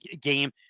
game